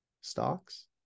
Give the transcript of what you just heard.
stocks